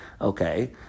Okay